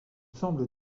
semble